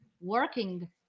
working